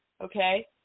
okay